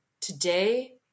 today